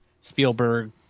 spielberg